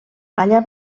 allà